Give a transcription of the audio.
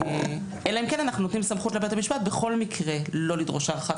אלא אם כן אנחנו נותנים סמכות לבית המשפט בכל מקרה לא לדרוש הערכת